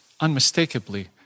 unmistakably